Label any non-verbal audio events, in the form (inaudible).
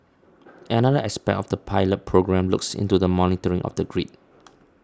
(noise) another aspect of the pilot programme looks into the monitoring of the grid